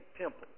temple